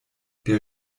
der